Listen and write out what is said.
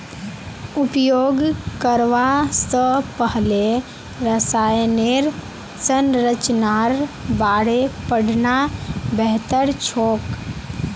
उपयोग करवा स पहले रसायनेर संरचनार बारे पढ़ना बेहतर छोक